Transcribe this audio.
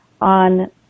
on